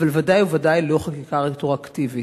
אבל ודאי וודאי לא חקיקה רטרואקטיבית.